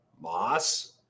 Moss